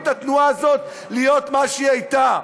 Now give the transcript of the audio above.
את התנועה הזאת להיות מה שהיא הייתה.